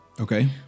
Okay